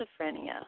schizophrenia